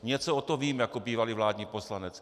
Něco o tom vím jako bývalý vládní poslanec.